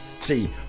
See